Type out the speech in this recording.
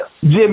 Jimmy